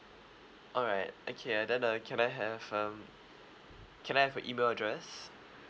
alright okay uh then uh can I have um can I have your email address